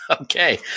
Okay